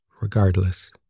Regardless